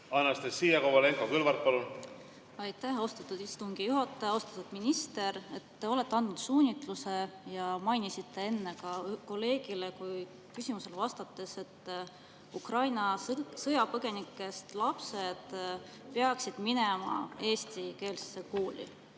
Anastassia Kovalenko-Kõlvart, palun! Aitäh, austatud istungi juhataja! Austatud minister! Te olete andnud suunitluse ja mainisite enne kolleegi küsimusele vastates, et Ukraina sõjapõgenikest lapsed peaksid minema eestikeelsesse kooli